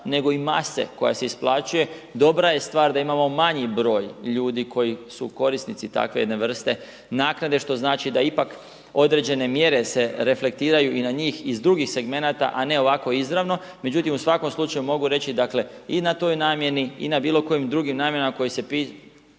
nego i mase koja se isplaćuje. Dobra je stvar da imamo manji broj ljudi koji Su korisnici takve jedne vrste naknade, što znači da ipak određene mjere se reflektiraju i na njih iz drugih segmenata, a ne ovako izravno. Međutim, u svakom slučaju mogu reći, dakle, i na toj namjeni i na bilo kojim drugim namjenama koji se tiču,